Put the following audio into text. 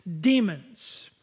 demons